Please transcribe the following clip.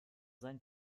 sein